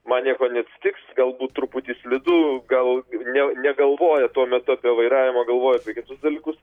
man nieko neatsitiks galbūt truputį slidu gal ne negalvoja tuo metu apie vairavimą galvoja apie kitus dalykus